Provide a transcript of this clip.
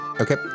okay